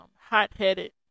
hot-headed